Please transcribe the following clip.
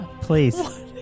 Please